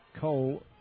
Cole